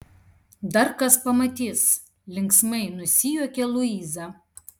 dar kas pamatys linksmai nusijuokia luiza